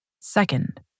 Second